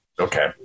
Okay